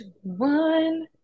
one